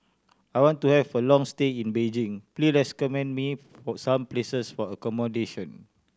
I want to have a long stay in Beijing please recommend me some places for accommodation